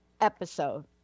episode